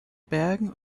bergen